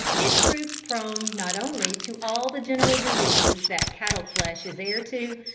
it proved prone not only to all the general diseases that cattle-flesh is heir to,